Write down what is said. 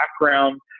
background